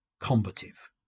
combative